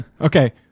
Okay